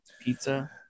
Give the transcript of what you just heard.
pizza